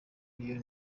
iyo